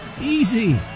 Easy